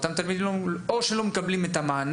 או שאותם תלמידים לא מקבלים את המענה,